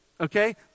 Okay